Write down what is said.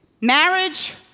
Marriage